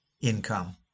income